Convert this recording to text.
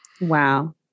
Wow